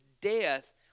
death